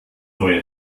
neue